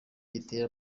gitera